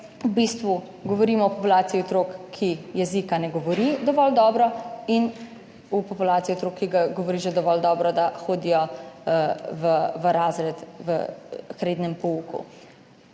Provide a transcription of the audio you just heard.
v bistvu govorimo o populaciji otrok, ki jezika ne govori dovolj dobro in o populaciji otrok, ki govori že dovolj dobro, da hodijo v razred, k rednemu pouku.